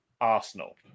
Arsenal